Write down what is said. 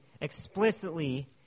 explicitly